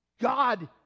God